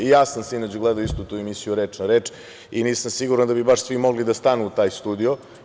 I ja sam sinoć gledao istu tu emisiju „Reč na reč“ i nisam siguran da bi bas svi mogli da stanu u taj studio.